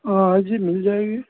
हाँ हाँ जी मिल जाएगी